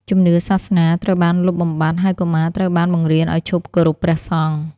ជំនឿសាសនាត្រូវបានលុបបំបាត់ ហើយកុមារត្រូវបានបង្រៀនឱ្យឈប់គោរពព្រះសង្ឃ។